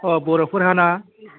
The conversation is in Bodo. अ' बर'फोरहा ना